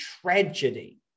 tragedy